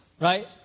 right